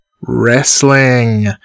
wrestling